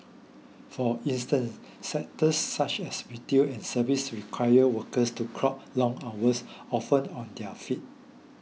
for instance sectors such as retail and services require workers to clock long hours often on their feet